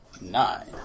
Nine